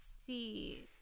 see